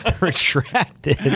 Retracted